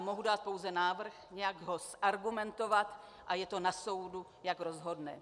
Mohu dát pouze návrh, nějak ho zargumentovat a je to na soudu, jak rozhodne.